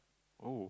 oh